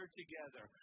together